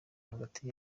hagati